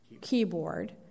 keyboard